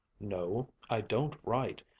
no, i don't write,